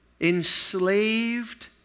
enslaved